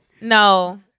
No